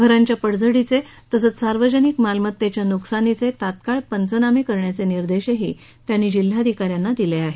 घरांच्या पडझडीचे तसंच सार्वजनिक मालमत्तेच्या नुकसानीचे तात्काळ पंचनामे करण्याचे निर्देशही त्यांनी जिल्हाधिकाऱ्यांना दिले आहेत